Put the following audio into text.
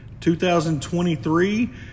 2023